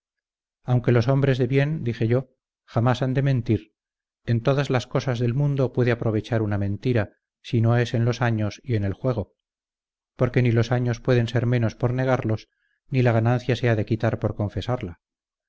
aunque los hombres de bien dije yo jamás han de mentir en todas las cosas del mundo puede aprovechar una mentira si no es en los años y en el juego porque ni los años pueden ser menos por negarlos ni la ganancia se ha de quitar por confesarla